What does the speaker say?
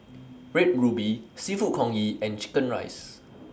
Red Ruby Seafood Congee and Chicken Rice